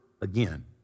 again